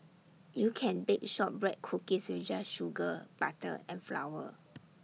you can bake Shortbread Cookies just with sugar butter and flour